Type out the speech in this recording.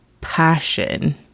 passion